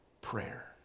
prayer